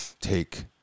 take